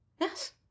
Yes